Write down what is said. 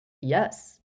Yes